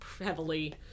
heavily